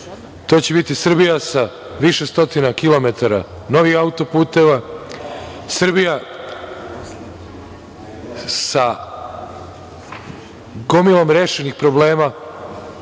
To će biti Srbija sa više stotina kilometara novih auto-puteva, Srbija sa gomilom rešenih problema